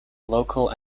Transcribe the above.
local